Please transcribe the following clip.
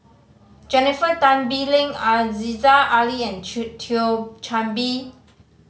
Jennifer Tan Bee Leng Aziza Ali and Thio Chan Bee